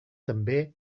també